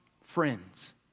friends